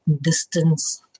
distance